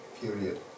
period